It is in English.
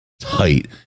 tight